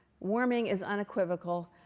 warming is unequivocal.